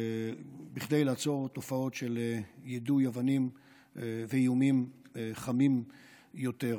כדי לעצור תופעות של יידוי אבנים ואיומים חמים יותר.